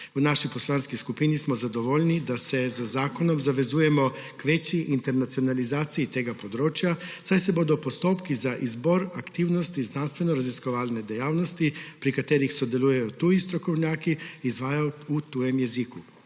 V naši poslanski skupini smo zadovoljni, da se z zakonom zavezujemo k večji internacionalizaciji tega področja, saj se bodo postopki za izbor aktivnosti znanstvenoraziskovalne dejavnosti, pri katerih sodelujejo tuji strokovnjaki, izvajali v tujem jeziku.